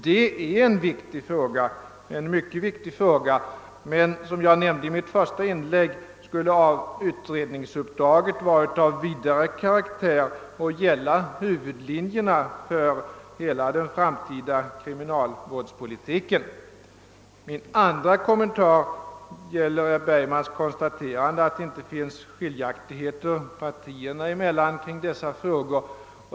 Det är en mycket viktig fråga, men som jag nämnde i mitt första inlägg skulle utredningsuppdraget vara av vidare karaktär och gälla huvudlinjerna för hela den framtida kriminalvårdspolitiken. Min andra kommentar gäller herr Bergmans konstaterande att det inte finns några skiljaktigheter partierna emellan i dessa frågor.